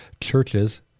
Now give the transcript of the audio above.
churches